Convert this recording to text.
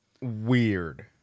weird